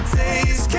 days